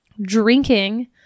drinking